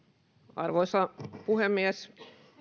arvoisa puhemies